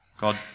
God